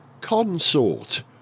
Consort